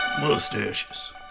Mustaches